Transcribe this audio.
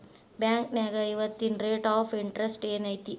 ಬಾಂಕ್ನ್ಯಾಗ ಇವತ್ತಿನ rate of interest ಏನ್ ಐತಿ